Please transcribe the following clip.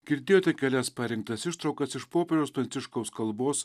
girdėjote kelias parinktas ištraukas iš popiežiaus pranciškaus kalbos